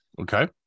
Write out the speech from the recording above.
okay